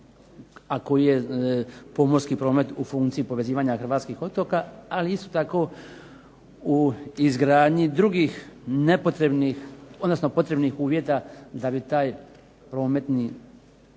a koji je pomorski promet u funkciji povezivanja hrvatskih otoka, ali isto tako u izgradnji drugih nepotrebnih, odnosno potrebnih uvjeta da bi taj prometni